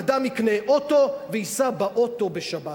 אדם יקנה אוטו וייסע באוטו בשבת.